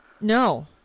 No